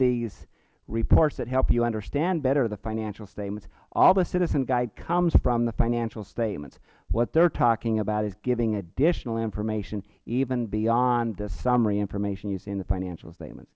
these reports that help you understand better the financial statements all the citizens guide comes from the financial statements what they are talking about is giving additional information even beyond the summary information you see in the financial statements